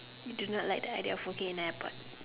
you do not like the idea of working in an airport